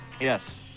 Yes